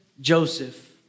Joseph